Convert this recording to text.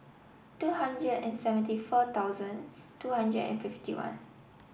two hundred and seventy four thousand two hundred and fifty one